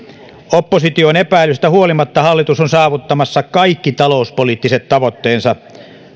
opposition epäilystä huolimatta hallitus on saavuttamassa kaikki talouspoliittiset tavoitteensa